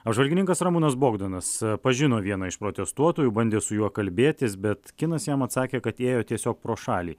apžvalgininkas ramūnas bogdanas pažino vieną iš protestuotojų bandė su juo kalbėtis bet kinas jam atsakė kad ėjo tiesiog pro šalį